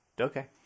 Okay